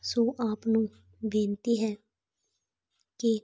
ਸੋ ਆਪ ਨੂੰ ਬੇਨਤੀ ਹੈ ਕਿ